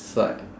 it's like